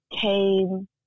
came